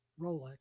Rolex